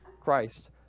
Christ